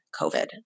COVID